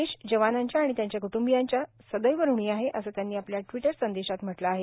देश जवानांच्या आणि त्यांच्या कुटंबियांच्या सदैव ऋणी आहे असं त्यांनी आपल्या ट्विट संदेशात म्हटलं आहे